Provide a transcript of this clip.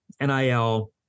NIL